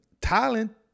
talent